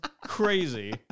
crazy